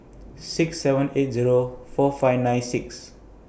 six seven eight Zero four five nine six